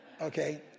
Okay